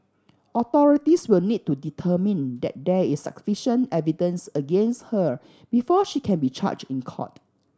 authorities will need to determine that there is sufficient evidence against her before she can be charged in court